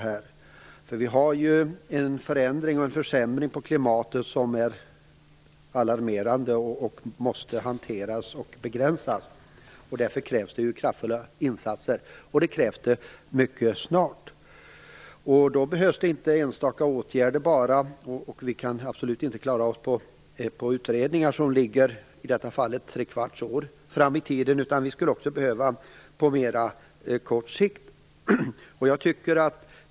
Det sker ju en försämring av klimatet som är alarmerande och som måste hanteras och begränsas. Därför krävs det kraftfulla insatser, och det krävs mycket snart. Då behövs inte bara enstaka åtgärder. Och vi kan absolut inte klara oss med utredningar som i detta fall ligger trekvarts år fram i tiden, utan vi behöver något på kort sikt.